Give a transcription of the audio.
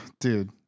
Dude